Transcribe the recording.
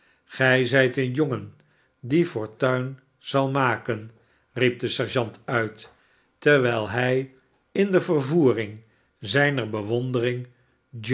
gij zijt een jongen die fortuin zal maken riep de sergeant uit terwijl hij in de vervoering zijner bewondering